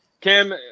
Kim